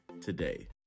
today